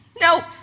No